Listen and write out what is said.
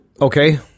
Okay